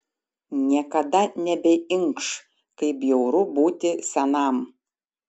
niekada nebeinkš kaip bjauru būti senam